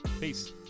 Peace